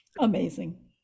Amazing